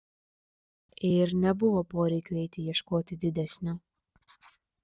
ir nebuvo poreikio eiti ieškoti didesnio